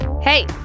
Hey